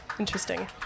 Interesting